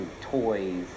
toys